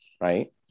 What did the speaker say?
right